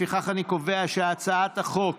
לפיכך אני קובע שהצעת החוק